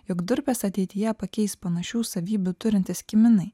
jog durpes ateityje pakeis panašių savybių turintys kiminai